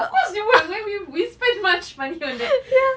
of course we won't we we spend much money on that